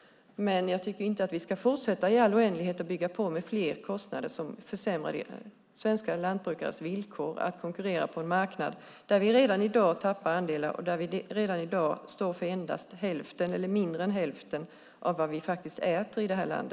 Men jag tycker inte att vi ska fortsätta i all oändlighet och bygga på med fler kostnader som försämrar svenska lantbrukares villkor att konkurrera på en marknad där de redan i dag tappar andelar och redan i dag står för mindre än hälften av vad vi äter i detta land.